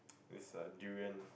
it's a durian